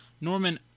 Norman